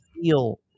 feel